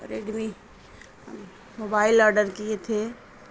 Redmi mobile order کیے تھے